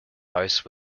house